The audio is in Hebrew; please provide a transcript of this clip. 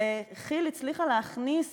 וכי"ל הצליחה להכניס